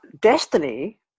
destiny